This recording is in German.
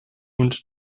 und